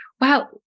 Wow